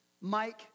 Mike